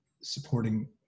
supporting